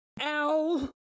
Ow